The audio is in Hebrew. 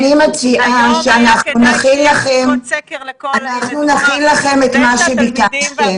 אני מציעה שאנחנו נכין לכם את מה שביקשתם,